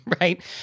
right